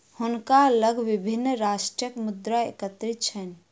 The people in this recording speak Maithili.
हुनका लग विभिन्न राष्ट्रक मुद्रा एकत्रित छैन